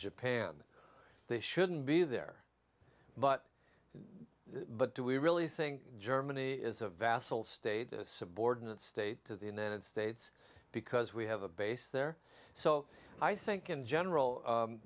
japan they shouldn't be there but but do we really think germany is a vassal state a subordinate state to the united states because we have a base there so i think in general